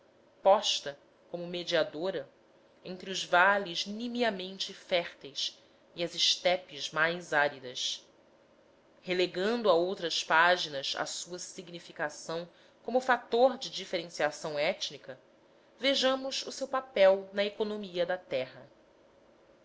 posta como mediadora entre os vales nimiamente férteis e os estepes mais áridos relegando a outras páginas a sua significação como fator de diferenciação étnica vejamos o seu papel na economia da terra